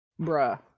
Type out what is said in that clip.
bruh